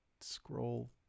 scroll